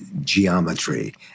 geometry